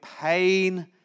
pain